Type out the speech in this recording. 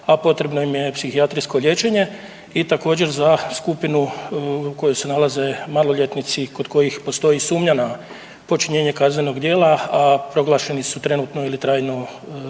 a potrebno im je psihijatrijsko liječenje i također za skupinu koji se nalaze maloljetnici kod kojih postoji sumnja na počinjenje kaznenog djela a proglašeni su trenutno ili trajno neubrojivima.